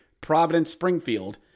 Providence-Springfield